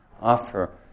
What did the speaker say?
offer